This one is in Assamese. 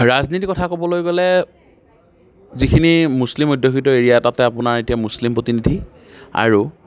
ৰাজনীতিৰ কথা ক'বলৈ গ'লে যিখিনি মুছলিম অধ্যুষিত এৰিয়া তাত আপোনাৰ এতিয়া মুছলিম প্ৰতিনিধি আৰু